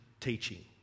teaching